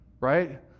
right